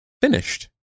finished